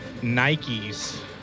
Nikes